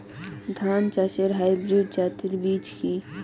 ধান চাষের হাইব্রিড জাতের বীজ কি?